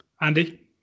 Andy